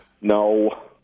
No